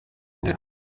ntera